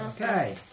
Okay